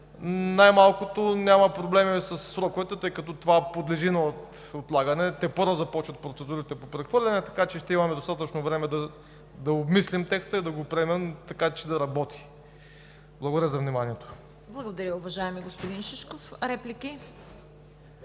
Най-малкото няма проблеми със сроковете, тъй като това подлежи на отлагане – тепърва започват процедурите по прехвърляне. Ще имаме достатъчно време да обмислим текста и да го приемем, така че да работи. Благодаря за вниманието. ПРЕДСЕДАТЕЛ ЦВЕТА КАРАЯНЧЕВА: Благодаря Ви, уважаеми господин Шишков. Реплики?